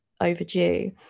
overdue